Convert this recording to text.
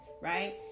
right